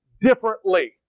differently